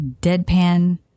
deadpan